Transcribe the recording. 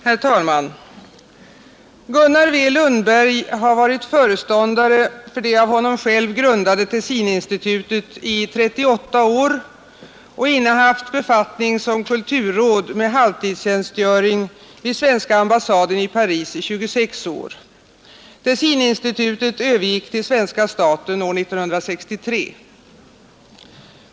Herr talman! Gunnar W. Lundberg har varit föreståndare för det av honom själv grundade Tessininstitutet i 38 år och innehaft befattning som kulturråd med halvtidstjänstgöring vid svenska ambassaden i Paris i 26 år. Tessininstitutet övergick till svenska staten år 1963.